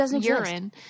urine